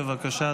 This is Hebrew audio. בבקשה,